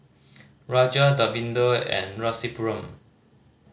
Raja Davinder and Rasipuram